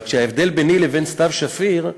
רק שההבדל ביני לבין סתיו שפיר,